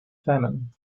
famine